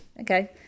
Okay